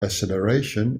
acceleration